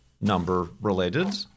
number-related